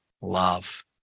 love